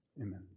Amen